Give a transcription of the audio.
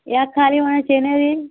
ಯಾಕೆ ಖಾಲಿ ಮಾಡದ ಚೈನ ರೀ